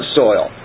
soil